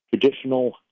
traditional